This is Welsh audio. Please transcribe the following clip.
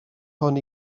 hwn